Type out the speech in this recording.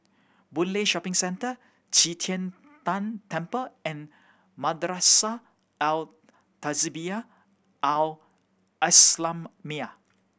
Boon Lay Shopping Centre Qi Tian Tan Temple and Madrasah Al Tahzibiah Al Islamiah